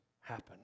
happen